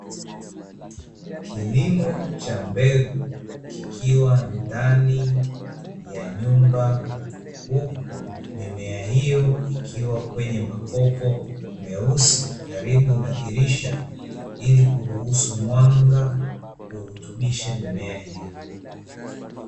Kilimo cha mbegu kikiwa ndani ya nyumba, huku mimea hiyo ikiwa kwenye makopo meusi karibu na dirisha, ili kuruhusu mwanga urutubishe mimea hiyo.